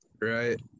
right